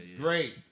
great